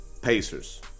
Pacers